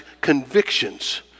convictions